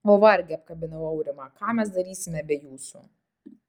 o varge apkabinau aurimą ką mes darysime be jūsų